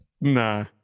Nah